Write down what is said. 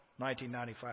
1995